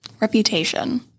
Reputation